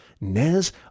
Nez